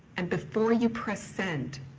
and before you press send,